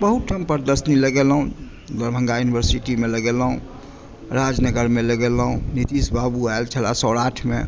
बहुत ठाम प्रदर्शनी लगेलहुँ दरभङ्गा इन्वर्सिटी मे लगेलहुँ राजनगरमे लगेलहुँ नितीश बाबू आयल छलाह सौराठमे